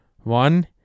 One